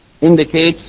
indicates